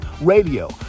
radio